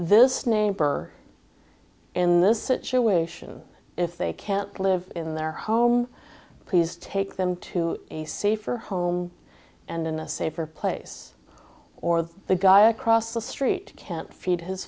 this neighbor in this situation if they can't live in their home please take them to a safer home and in a safer place or the guy across the street can't feed his